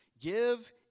Give